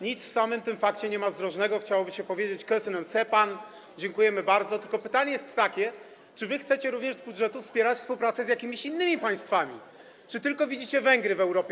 Nic w samym tym fakcie nie ma zdrożnego, chciałoby się powiedzieć: köszönöm szepén, dziękujemy bardzo, tylko pytanie jest takie, czy wy chcecie również z budżetu wspierać współpracę z jakimiś innymi państwami, czy tylko widzicie Węgry w Europie.